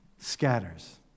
scatters